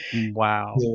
Wow